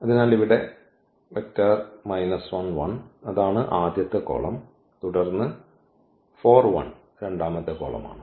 അതിനാൽ ഇവിടെ അതാണ് ആദ്യത്തെ കോളം തുടർന്ന് ഈ രണ്ടാമത്തെ കോളമാണ്